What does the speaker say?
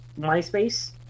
MySpace